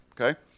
okay